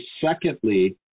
secondly